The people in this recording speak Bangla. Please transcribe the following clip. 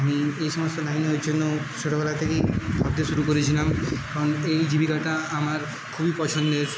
আমি এই সমস্ত লাইনের জন্য ছোটোবেলা থেকেই ভাবতে শুরু করেছিলাম কারণ এই জীবিকাটা আমার খুবই পছন্দের